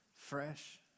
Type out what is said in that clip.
fresh